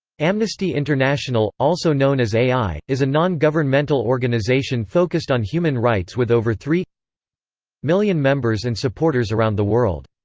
amnesty international, also known as ai, is a non-governmental organization focused on human rights with over three million members and supporters around the world.